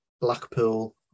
Blackpool